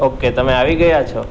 okay તમે આવી ગયા છો